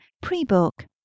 pre-book